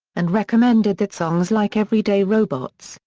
and recommended that songs like everyday robots,